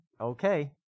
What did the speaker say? okay